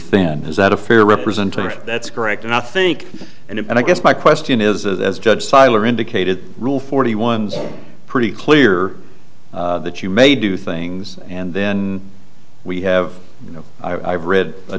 thin is that a fair representation that's correct and i think and i guess my question is as a judge filer indicated rule forty one's pretty clear that you may do things and then we have you know i've read a